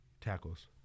tackles